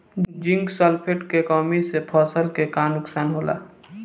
Zinc sulphate के कमी से फसल के का नुकसान होला?